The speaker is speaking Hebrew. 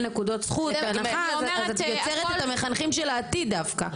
נקודות זכות אז את יוצרת את המחנכים של העתיד דווקא.